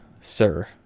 sir